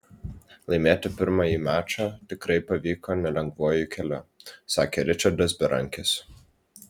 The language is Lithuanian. laimėti pirmąjį mačą tikrai pavyko nelengvuoju keliu sakė ričardas berankis